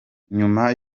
nyuma